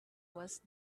was